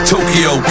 Tokyo